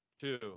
Two